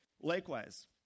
Likewise